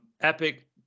Epic